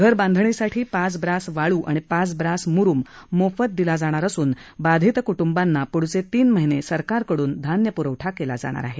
घर बांधणीसाठी पाच ब्रास वाळू आणि पाच ब्रास म्रुम मोफत दिला जाणार असून बाधित क्टुंबांना प्ढचे तीन महिने सरकारकडून धान्य प्रवठा केला जाणार आहे